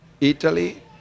Italy